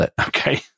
okay